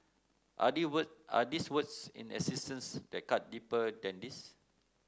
are there words are these words in existence that cut deeper than these